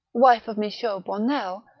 wife of michaut bonnel,